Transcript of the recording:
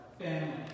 family